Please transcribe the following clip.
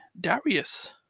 Darius